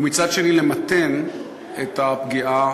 ומצד שני למתן את הפגיעה